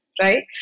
Right